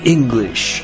English